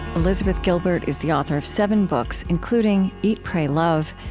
elizabeth gilbert is the author of seven books, including eat pray love,